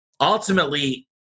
ultimately